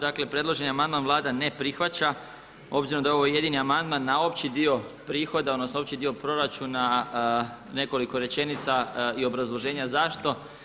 Dakle, predloženi amandman Vlada ne prihvaća s obzirom da je ovo jedini amandman na opći dio prihoda odnosno opći dio proračuna, nekoliko rečenica i obrazloženja zašto.